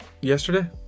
yesterday